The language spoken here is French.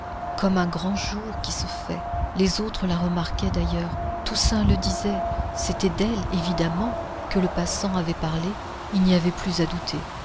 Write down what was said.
comme un grand jour qui se fait les autres la remarquaient d'ailleurs toussaint le disait c'était d'elle évidemment que le passant avait parlé il n'y avait plus à douter